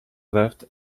left